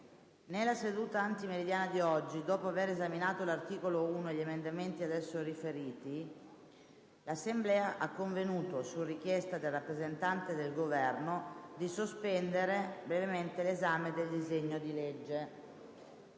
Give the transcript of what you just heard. Nella seduta antimeridiana di oggi, dopo avere esaminato l'articolo 1 e gli emendamenti ad esso riferiti, l'Assemblea ha convenuto, su richiesta del rappresentante del Governo, di sospendere brevemente l'esame del disegno di legge.